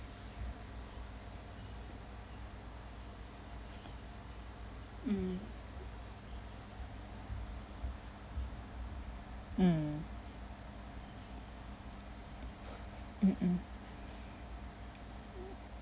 mm mm mm mm